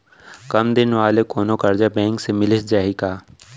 कम दिन वाले कोनो करजा बैंक ले मिलिस जाही का?